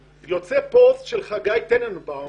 אני ממשיך: יוצא פוסט של חגי טננבאום